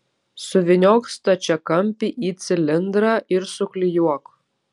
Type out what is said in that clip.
suvyniok stačiakampį į cilindrą ir suklijuok